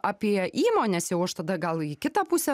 apie įmones jau aš tada gal į kitą pusę